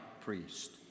priest